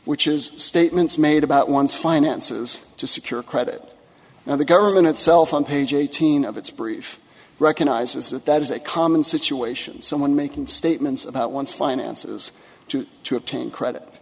which is statements made about one's finances to secure credit and the government itself on page eighteen of its brief recognizes that that is a common situation someone making statements about one's finances to to obtain credit